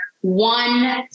one